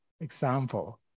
example